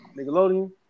Nickelodeon